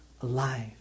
alive